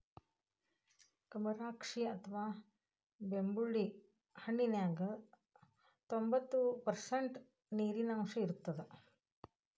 ಕಮರಾಕ್ಷಿ ಅಥವಾ ಬೆಂಬುಳಿ ಹಣ್ಣಿನ್ಯಾಗ ತೋಭಂತ್ತು ಪರ್ಷಂಟ್ ನೇರಿನಾಂಶ ಇರತ್ತದ